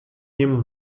něm